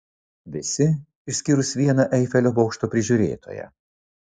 visi išskyrus vieną eifelio bokšto prižiūrėtoją